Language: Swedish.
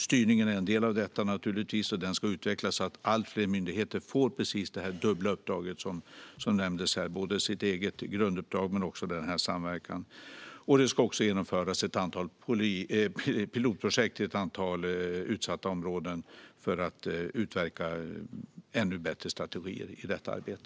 Styrningen är en del av detta, och den ska utvecklas så att allt fler myndigheter får precis det dubbla uppdrag som nämndes här - sitt eget grunduppdrag men också samverkan. Det ska också genomföras pilotprojekt i ett antal utsatta områden för att utarbeta ännu bättre strategier i detta arbete.